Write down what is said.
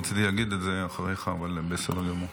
רציתי להגיד את זה אחריך, אבל בסדר גמור.